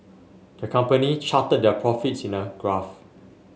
the company charted their profits in a graph